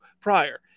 prior